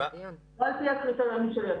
לא על-פי הקריטריונים שלי,